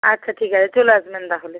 আচ্ছা ঠিক আছে চলে আসবেন তাহলে